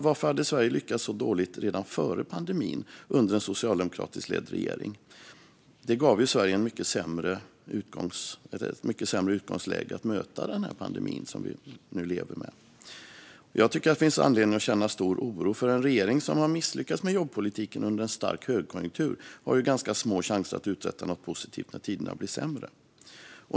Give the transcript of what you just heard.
Varför hade Sverige lyckats så dåligt redan före pandemin under en socialdemokratiskt ledd regering? Det gav Sverige ett mycket sämre utgångsläge för att möta pandemin, som vi nu lever med. Jag tycker att det finns anledning att känna stor oro. En regering som har misslyckats med jobbpolitiken under en stark högkonjunktur har ganska små chanser att uträtta något positivt när tiderna blir sämre.